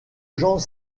gens